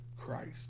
Christ